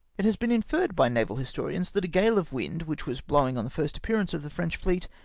it has been inferred by naval historians that a gale of wind, which was blowing on the first appearance of the french fleet,